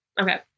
Okay